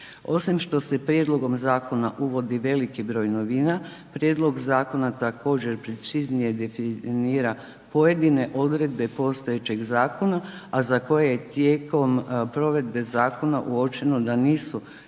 Osim što se prijedlogom zakona uvodi veliki broj novina, prijedlog zakona također preciznije definira pojedine odredbe postojećeg zakona, a za koje je tijekom provedbe zakona uočeno da nisu